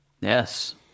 Yes